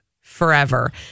forever